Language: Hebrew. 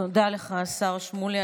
תודה לך, השר שמולי.